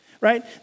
right